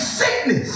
sickness